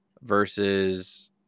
versus